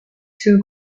two